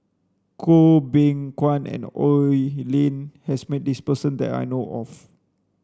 Goh Beng Kwan and Oi Lin has met this person that I know of